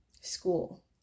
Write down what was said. school